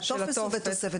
הטופס הוא בתוספת.